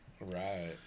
Right